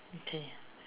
okay